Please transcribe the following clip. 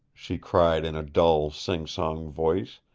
she cried in a dull, sing-song voice.